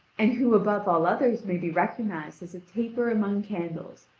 and who above all others may be recognised as a taper among candles,